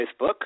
Facebook